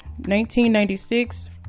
1996